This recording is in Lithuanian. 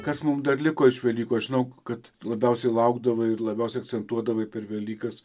kas mums dar liko iš velykų aš žinau kad labiausiai laukdavai ir labiausiai akcentuodavai per velykas